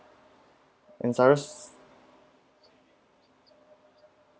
and cyrus